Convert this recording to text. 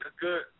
good